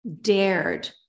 dared